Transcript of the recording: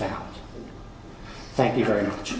found thank you very much